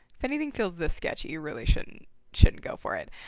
if anything feels this sketchy, you really shouldn't shouldn't go for it.